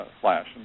Flash